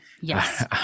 Yes